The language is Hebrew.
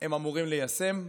הם אמורים ליישם.